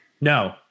No